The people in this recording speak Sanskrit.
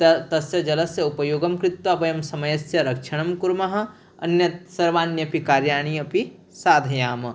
त तस्य जलस्य उपयोगं कृत्वा वयं समयस्य रक्षणं कुर्मः अन्यानि सर्वाण्यपि कार्याणि अपि साधयामः